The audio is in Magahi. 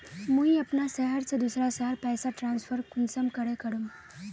मुई अपना शहर से दूसरा शहर पैसा ट्रांसफर कुंसम करे करूम?